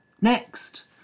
Next